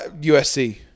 USC